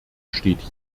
steht